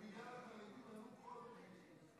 בעניין החרדים עלו כל הבכירים.